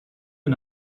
and